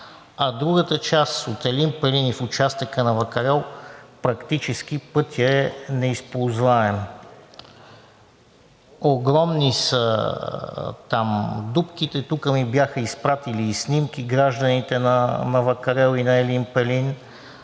а другата част – от Елин Пелин и в участъка на Вакарел, практически пътят е неизползваем. Огромни са там дупките. Тук ми бяха изпратили и снимки гражданите на Вакарел и на Елин Пелин.